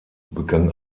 begann